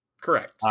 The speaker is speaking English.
Correct